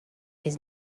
his